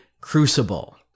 Crucible